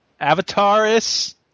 Avataris